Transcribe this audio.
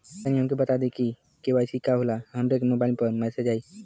तनि हमके इ बता दीं की के.वाइ.सी का होला हमरे मोबाइल पर मैसेज आई?